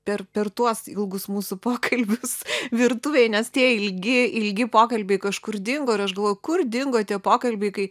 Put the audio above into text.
per per tuos ilgus mūsų pokalbius virtuvėj nes tie ilgi ilgi pokalbiai kažkur dingo ir aš galvoju kur dingo tie pokalbiai kai